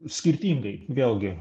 skirtingai vėlgi